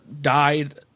died